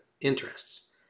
interests